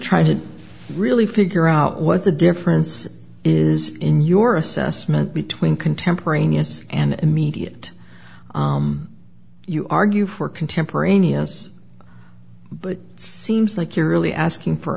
trying to really figure out what the do difference is in your assessment between contemporaneous and immediate you argue for contemporaneous but it seems like you're really asking for